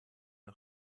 wir